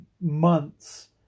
months